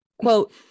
quote